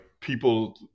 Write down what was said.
people